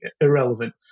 irrelevant